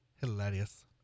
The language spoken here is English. Hilarious